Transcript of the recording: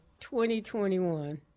2021